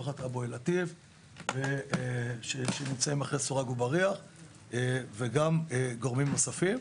משפחת אבו לטיף שנמצאים מאחורי סורג ובריח וגם גורמים נוספים,